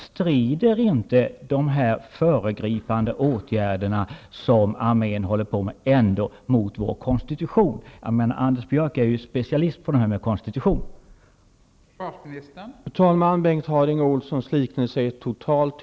Strider inte de föregripande åtgärder som armén håller på med ändå mot vår konstitution? Anders Björck är ju specialist på frågor som har med konstitutionen att göra, så han borde kunna ge ett svar.